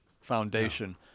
foundation